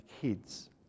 kids